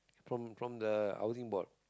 from from the housing board